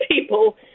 people